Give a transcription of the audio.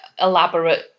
elaborate